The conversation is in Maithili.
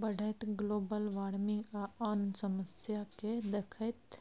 बढ़ैत ग्लोबल बार्मिंग आ आन समस्या केँ देखैत